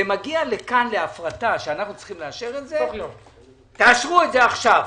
זה מגיע לכאן להפרטה שאנחנו צריכים לאשר את זה תאשרו את זה עכשיו